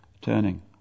turning